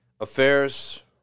affairs